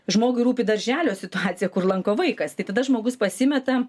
žmogui rūpi darželio situacija kur lanko vaikas tai tada žmogus pasimeta